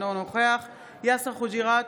אינו נוכח יאסר חוג'יראת,